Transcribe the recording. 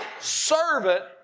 servant